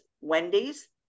Wendy's